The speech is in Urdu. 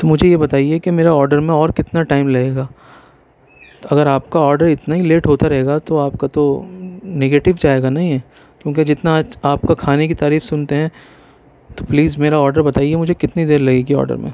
تو مجھے یہ بتائیے کہ میرا آرڈر میں اور کتنا ٹائم لگے گا اگر آپ کا آڈر اتنا ہی لیٹ ہوتا رہے گا تو آپ کا تو نگیٹیو جائے گا نہ یہ کیوں کہ جتنا آپ کا کھانے کی تعریف سنتے ہیں تو پلیز میرا آڈر بتائیے مجھے کتنی دیر لگے گی آڈر میں